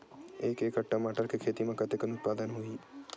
एक एकड़ टमाटर के खेती म कतेकन उत्पादन होही?